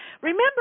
Remember